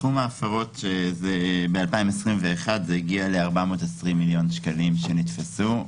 סכום ההפרות ב-2021 הגיע ל-420 מיליון שקלים שנתפסו.